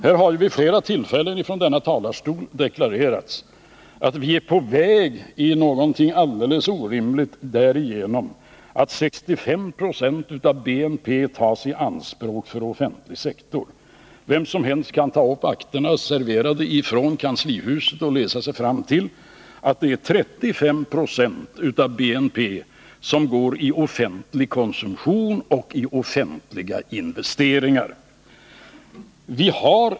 Här har vid flera tillfällen deklarerats från denna talarstol att vi är på väg in i någonting alldeles orimligt, därför att 65 20 av BNP tas i anspråk för den offentliga sektorn. Vem som helst kan ta upp akterna, serverade från kanslihuset, och läsa sig till att 35 20 av BNP går till offentlig konsumtion och offentliga investeringar.